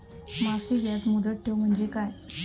मासिक याज मुदत ठेव म्हणजे काय?